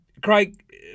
Craig